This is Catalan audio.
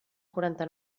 quaranta